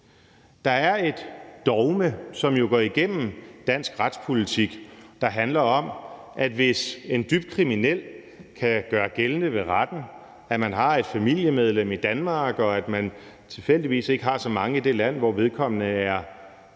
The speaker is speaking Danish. Der er et dogme, som jo går igennem dansk retspolitik og handler om, at hvis en dybt kriminel person kan gøre det gældende ved retten, at man har et familiemedlem i Danmark, og at man tilfældigvis ikke har så mange i det land, hvor man er